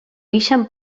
ixen